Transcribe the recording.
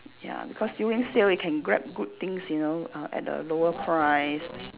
ya because during sale you can grab good things you know uh at a lower price